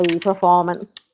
performance